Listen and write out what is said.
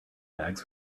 bags